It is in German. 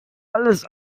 alles